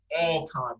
all-time